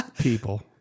People